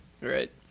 Right